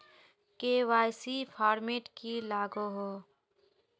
KYC format की लागोहो?